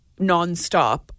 nonstop